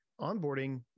onboarding